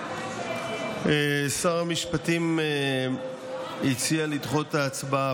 שר המשפטים הציע לדחות את ההצבעה,